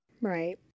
Right